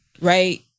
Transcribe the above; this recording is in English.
right